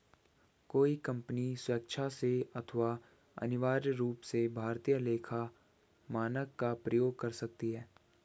कोई कंपनी स्वेक्षा से अथवा अनिवार्य रूप से भारतीय लेखा मानक का प्रयोग कर सकती है